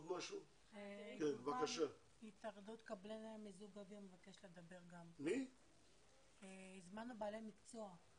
הזמנו בעלי מקצוע.